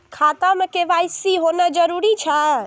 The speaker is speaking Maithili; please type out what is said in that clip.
खाता में के.वाई.सी होना जरूरी छै?